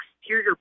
exterior